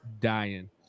dying